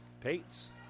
Pates